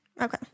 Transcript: okay